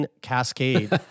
cascade